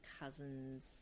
cousin's